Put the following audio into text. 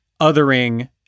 Othering